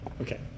Okay